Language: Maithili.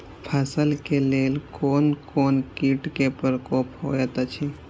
फसल के लेल कोन कोन किट के प्रकोप होयत अछि?